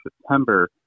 September